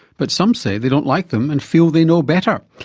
but some say they don't like them and feel they know better.